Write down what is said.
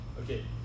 okay